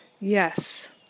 Yes